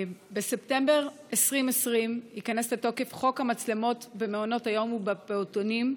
בספטמבר 2020 ייכנס לתוקף חוק המצלמות במעונות היום ובפעוטונים,